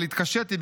אבל התקשיתי,